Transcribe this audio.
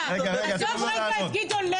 עזוב רגע את גדעון לוי,